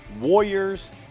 Warriors